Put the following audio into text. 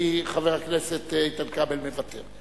כי חבר הכנסת איתן כבל מוותר.